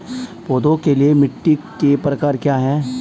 पौधों के लिए मिट्टी के प्रकार क्या हैं?